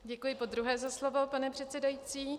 Děkuji podruhé za slovo, pane předsedající.